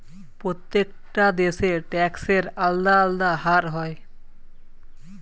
প্রত্যেকটা দেশে ট্যাক্সের আলদা আলদা হার হয়